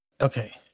Okay